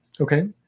Okay